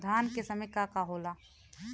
धान के समय का का होला?